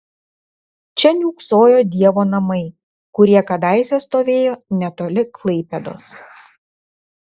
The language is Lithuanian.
čia niūksojo dievo namai kurie kadaise stovėjo netoli klaipėdos